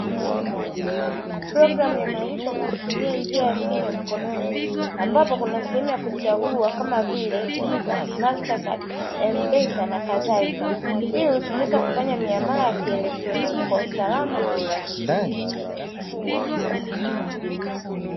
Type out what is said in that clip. Programu ya malipo kwa kutumia njia ya simu ya mkononi, ambapo kuna sehemu ya kuchagua kama vile "Visa, Master card, M-pesa" na kadhalika, hii hutumika kufanya miamala ya kielektroniki kwa usalama na urahisi.